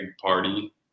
party